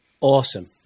Awesome